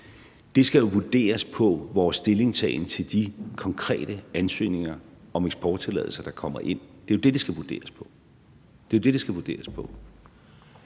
skal jo vurderes på vores stillingtagen til de konkrete ansøgninger om eksporttilladelser, der kommer ind. Det er jo det, det skal vurderes på